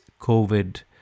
COVID